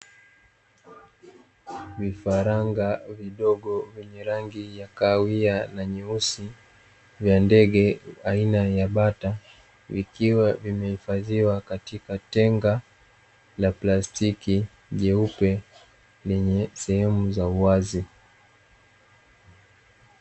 Vifaranga vidogo vyenye rangi ya kahawia na nyeusi vya ndege aina ya bata, vikiwa vimehifadhiwa katika tenga la plastiki jeupe lenye sehemu za uwazi.